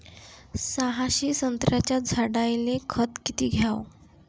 सहाशे संत्र्याच्या झाडायले खत किती घ्याव?